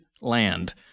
land